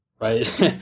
right